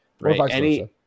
Right